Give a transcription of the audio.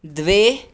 द्वे